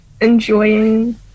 enjoying